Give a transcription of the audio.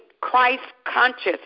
Christ-conscious